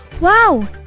Wow